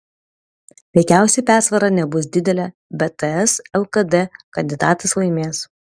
veikiausiai persvara nebus didelė bet ts lkd kandidatas laimės